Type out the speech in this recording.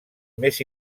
més